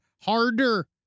harder